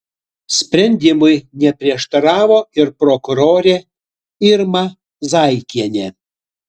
sprendimui neprieštaravo ir prokurorė irma zaikienė